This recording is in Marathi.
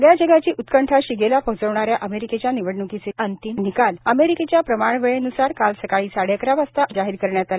सगळ्या जगाची उत्कंठा शिगेला पोचवणाऱ्या अमेरिकेच्या निवडण्कीचे निकाल अमेरिकेच्या प्रमाणवेळेन्सार काल सकाळी साडेअकरा वाजता अंतिम निकाल जाहीर करण्यात आले